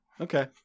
okay